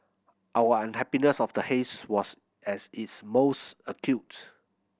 our unhappiness of the haze was at its most acute